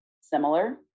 similar